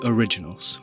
Originals